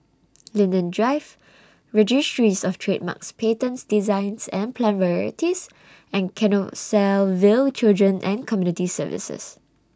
Linden Drive Registries of Trademarks Patents Designs and Plant Varieties and Canossaville Children and Community Services